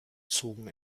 zogen